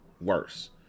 worse